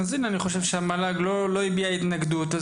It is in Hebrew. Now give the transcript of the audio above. אני חושב שהמל"ג לא הביע התנגדות.